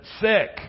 sick